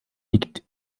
liegt